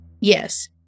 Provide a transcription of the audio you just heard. Yes